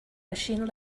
machine